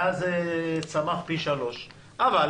מאז, זה צמח פי 3. אבל